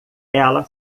ela